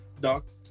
dogs